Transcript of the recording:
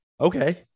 Okay